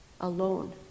alone